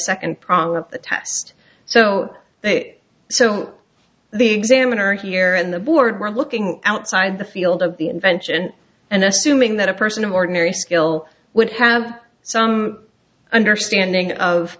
they so the examiner here and the board were looking outside the field of the invention and assuming that a person of ordinary skill would have some understanding of